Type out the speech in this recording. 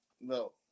No